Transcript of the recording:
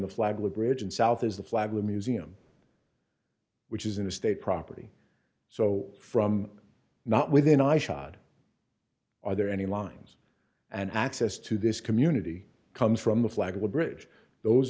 the flagler bridge and south is the flagler museum which is in a state property so from not within eyeshot are there any lines and access to this community comes from the flag woodbridge those